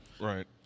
Right